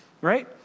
right